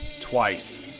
twice